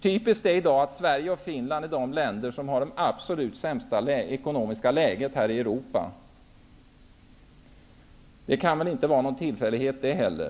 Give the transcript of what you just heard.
Det är typiskt att Sverige och Finland är de länder som har det absolut sämsta ekonomiska läget här i Europa i dag. Det kan väl inte vara en tillfällighet, det heller.